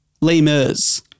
lemurs